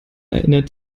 erinnert